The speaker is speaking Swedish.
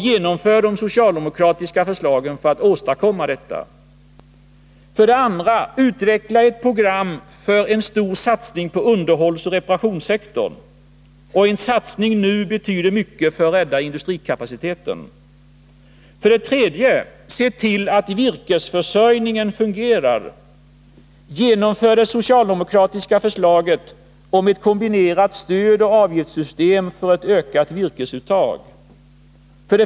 Genomför de socialdemokratiska förslagen för att åstadkomma detta! 2. Utveckla ett program för en stor satsning på underhållsoch reparationssektorn! En satsning nu betyder mycket för att rädda industrikapaciteten. 3. Se till att virkesförsörjningen fungerar! Genomför det socialdemokratiska förslaget om ett kombinerat stödoch avgiftssystem för ökat virkesuttag!